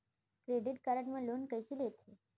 Credit card मा loan कइसे लेथे?